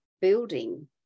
building